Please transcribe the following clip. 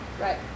Right